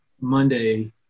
Monday